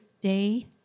day